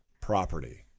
property